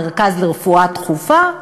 מרכז לרפואה דחופה,